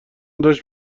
داشت